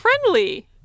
friendly